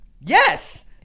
Yes